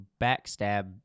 backstab